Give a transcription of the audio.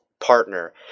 partner